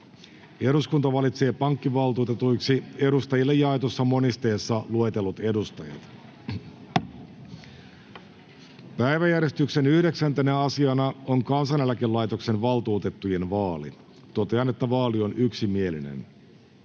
Totean, että vaali on yksimielinen. Eduskunta valitsee pankkivaltuutetuiksi edustajille jaetussa monisteessa luetellut edustajat. Päiväjärjestyksen 9. asiana on Kansaneläkelaitoksen valtuutettujen vaali. Totean, että vaali on yksimielinen.